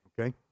Okay